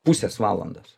pusės valandos